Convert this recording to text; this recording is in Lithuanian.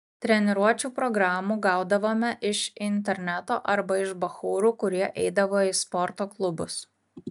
treniruočių programų gaudavome iš interneto arba iš bachūrų kurie eidavo į sporto klubus